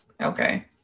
Okay